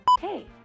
Hey